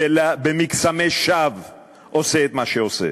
ובמקסמי שווא עושה את מה שעושה.